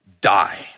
Die